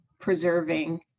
preserving